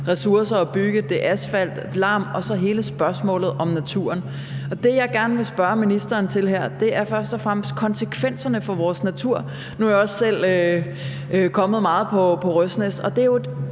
ressourcer at bygge. Det er asfalt og larm og så hele spørgsmålet om naturen, og det, jeg gerne vil spørge ministeren til her, er først og fremmest konsekvenserne for vores natur. Nu er jeg også selv kommet meget på Røsnæs. Det er jo et